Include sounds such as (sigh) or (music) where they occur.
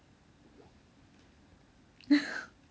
(laughs)